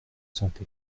santé